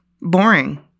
boring